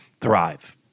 thrive